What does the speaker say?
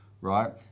right